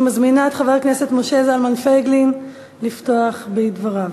אני מזמינה את חבר הכנסת משה זלמן פייגלין לפתוח בדבריו.